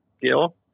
Gil